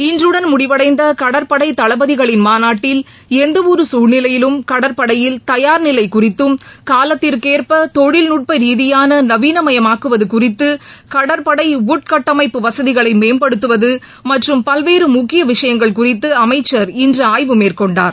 இன்றுடன் முடிவடைந்தகடற்படைதளபதிகளின் மாநாட்டில் எந்தவொருகுழ்நிலையிலும் கடற்படையில் தயார்நிலைகுறித்தும் காலத்திற்கேற்பதொழில்நுட்பரீதியானநவீனமயமாக்குவதுகுறித்துகடற்படை உட்கட்டமைப்பு வசதிகளைமேம்படுத்துவதுமற்றும் இன்றஆய்வு குறித்துஅமைச்சர் மேற்கொண்டார்